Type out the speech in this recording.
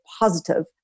positive